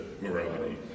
morality